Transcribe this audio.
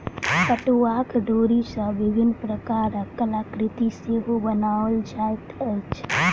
पटुआक डोरी सॅ विभिन्न प्रकारक कलाकृति सेहो बनाओल जाइत अछि